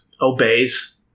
obeys